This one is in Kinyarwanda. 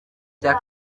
cya